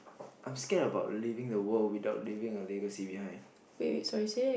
I'm scared about leaving the world without leaving a legacy behind